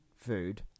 food